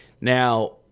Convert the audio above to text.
Now